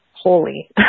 holy